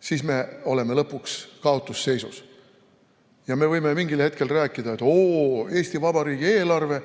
siis me oleme lõpuks kaotusseisus. Siis me võime mingil hetkel rääkida, et oo, Eesti Vabariigi eelarve